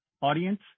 audience